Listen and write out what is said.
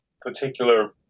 particular